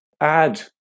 add